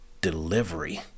delivery